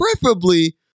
preferably